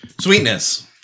Sweetness